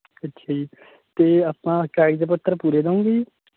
ਅੱਛਾ ਜੀ ਅਤੇ ਆਪਾਂ ਕਾਗਜ਼ ਪੱਤਰ ਪੂਰੇ ਦੇਵੋਂਗੇ ਜੀ